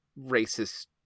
racist